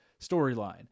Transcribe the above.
storyline